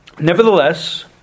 Nevertheless